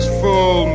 full